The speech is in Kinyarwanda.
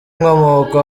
inkomoko